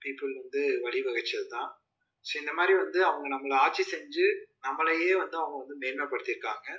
people வந்து வழிவகுத்ததுதான் so இந்தமாதிரி வந்து அவங்க நம்மள ஆட்சி செஞ்சு நம்மளையே வந்து அவங்க வந்து மேன்மைப்படுத்திருக்காங்க